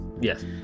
yes